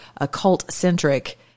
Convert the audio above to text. occult-centric